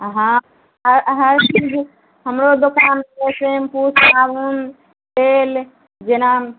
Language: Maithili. हँ हर चीज हमरो दोकानमे शेम्पू साबुन तेल जेना